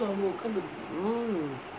mm